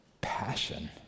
passion